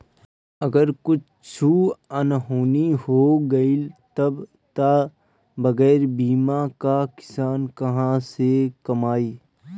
अगर कुछु अनहोनी हो गइल तब तअ बगैर बीमा कअ किसान कहां से कमाई